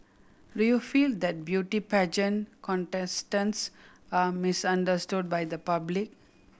do you feel that beauty pageant contestants are misunderstood by the public